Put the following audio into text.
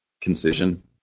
concision